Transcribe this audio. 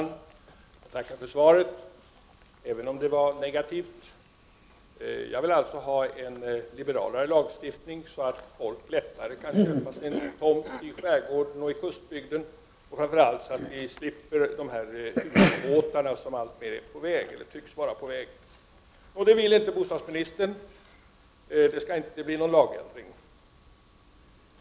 Fru talman! Jag tackar för svaret även om det var negativt. Jag vill alltså ha en liberalare lagstiftning, så att folk lättare kan köpa sig en tomt i skärgården och i kustbygden och framför allt så att vi slipper de husbåtar som alltmer tycks vara på väg. Det vill inte bostadsministern — det skall inte bli någon lagändring.